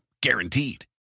Guaranteed